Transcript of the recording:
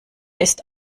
ist